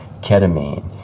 ketamine